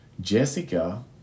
Jessica